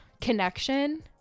connection